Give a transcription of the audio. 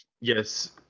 Yes